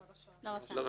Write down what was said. לרשם.